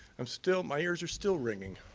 i'm still my ears are still ringing.